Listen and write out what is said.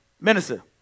minister